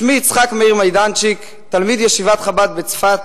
שמי יצחק מאיר מיידנצ'יק, תלמיד ישיבת חב"ד בצפת,